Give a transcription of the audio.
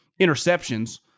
interceptions